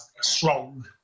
strong